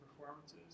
performances